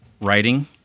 writing